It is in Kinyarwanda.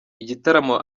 igitaramo